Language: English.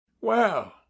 Well